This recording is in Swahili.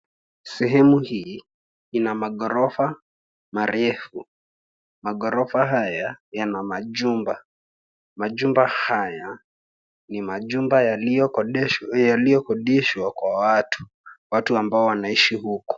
Sehemu hii ina maghorofa marefu. Maghorofa haya yana majumba. Majumba haya ni majumba yaliyokodishwa kwa watu, watu ambao wanaishi huku.